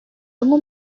тому